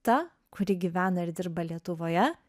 ta kuri gyvena ir dirba lietuvoje